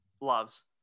loves